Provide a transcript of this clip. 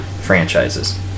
franchises